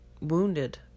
wounded